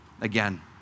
again